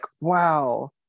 wow